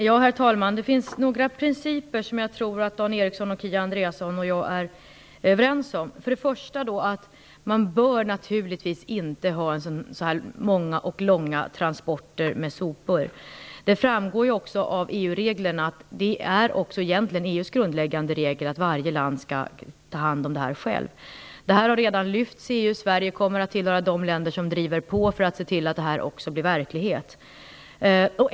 Herr talman! Det finns några principer som jag tror att Dan Ericsson, Kia Andreasson och jag är överens om. Den första principen är att man naturligtvis inte bör ha så många och långa transporter av sopor. Det är egentligen också EU:s grundläggande regel att varje land själv skall ta hand om detta. Detta har redan lyfts fram i EU, och Sverige kommer att tillhöra de länder som driver på för att se till att det också blir verklighet.